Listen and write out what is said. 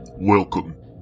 Welcome